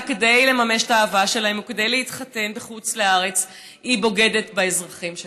כדי לממש את האהבה שלהם וכדי להתחתן בחוץ לארץ היא בוגדת באזרחים שלה.